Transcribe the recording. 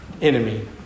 enemy